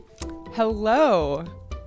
Hello